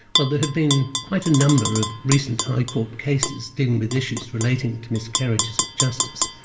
well there have been quite a number of recent high court cases dealing with issues relating to miscarriages of justice.